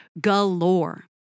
galore